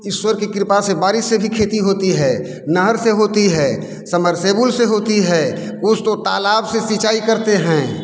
ईश्वर की कृपा से बारिश से भी खेती होती है नहर से होती है समरसेबुल से होती है कुछ तो तालाब से सींचाई करते हैं